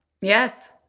Yes